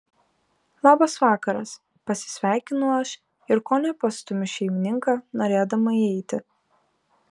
labas vakaras pasisveikinu aš ir kone pastumiu šeimininką norėdama įeiti